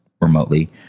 remotely